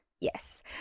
yes